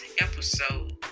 episode